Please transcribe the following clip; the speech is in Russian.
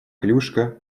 клюшка